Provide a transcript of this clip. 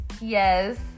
Yes